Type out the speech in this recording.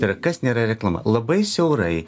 ir kas nėra reklama labai siaurai